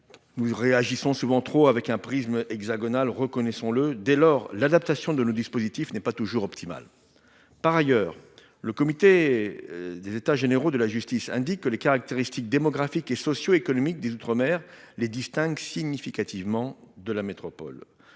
Nous réagissons trop fréquemment selon un biais hexagonal, reconnaissons-le. Dès lors, l'adaptation de nos dispositifs n'est pas toujours optimale. Par ailleurs, le comité des États généraux de la justice indique que les caractéristiques démographiques et socio-économiques des outre-mer les distinguent significativement de la métropole.